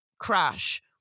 crash